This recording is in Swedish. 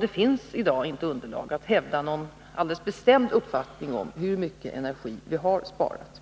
Det finnsi dag inte underlag för att hävda någon alldeles bestämd uppfattning om hur mycket energi vi har sparat.